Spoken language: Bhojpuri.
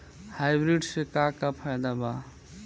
हाइब्रिड से का का फायदा बा?